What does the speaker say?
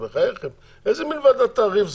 בחייכם, איזה מין ועדת תעריף זאת?